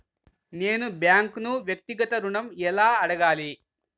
నేను బ్యాంక్ను వ్యక్తిగత ఋణం ఎలా అడగాలి?